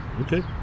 okay